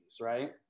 right